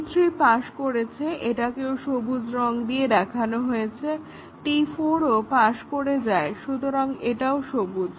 T3 pass করেছে এটাকেও সবুজ দিয়ে দেখানো হয়েছে T4 ও পাশ করে যায় সুতরাং এটাও সবুজ